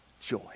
joy